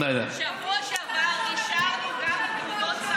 בשבוע שעבר אישרנו גם, בארץ.